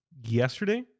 yesterday